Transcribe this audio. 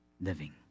living